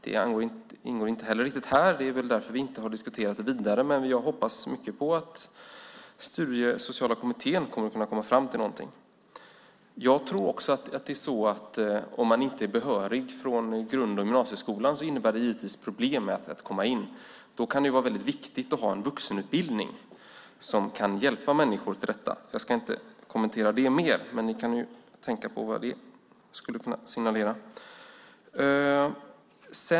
Det ingår inte riktigt i detta betänkande, och därför har vi inte diskuterat det vidare. Jag hoppas dock att Studiesociala kommittén ska kunna komma fram till någonting. Om man inte är behörig från grund och gymnasieskolan medför det förstås problem för att komma in, och då kan det vara viktigt ha en vuxenutbildning som kan hjälpa människor till rätta. Jag ska inte kommentera det ytterligare, men ni kan väl tänka på vad det skulle kunna signalera.